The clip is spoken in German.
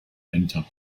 enter